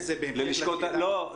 סליחה,